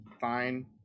fine